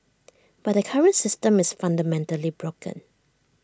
but the current system is fundamentally broken